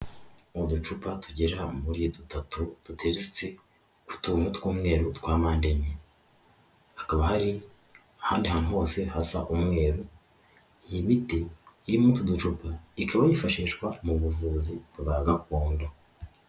Uducupa tugera muri dutatu duteretse ku tuntu tw'umweru twa mpande enye, hakaba hari ahandi hantu hose hasa umweru, iyi miti iri muri utu uducupa ikaba yifashishwa mu buvuzi bwa gakondo.